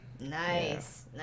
Nice